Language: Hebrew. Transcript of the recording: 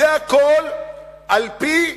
זה הכול על-פי,